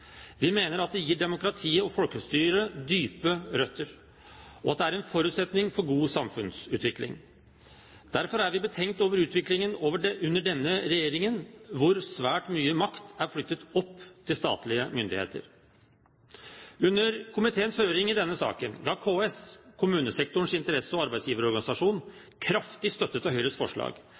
Vi mener at det gir demokratiet og folkestyret dype røtter, og at det er en forutsetning for god samfunnsutvikling. Derfor er vi betenkt over utviklingen under denne regjeringen, hvor svært mye makt er flyttet opp til statlige myndigheter. Under komiteens høring i denne saken ga KS, kommunesektorens interesse- og arbeidsgiverorganisasjon, kraftig støtte til Høyres forslag,